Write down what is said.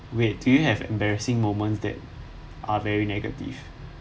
wait do you have embarrassing moments that are very negative